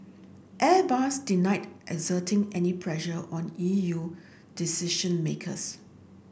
Airbus denied exerting any pressure on E U decision makers